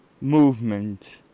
Movement